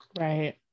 right